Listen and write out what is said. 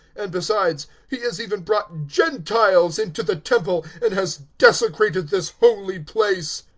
and besides, he has even brought gentiles into the temple and has desecrated this holy place.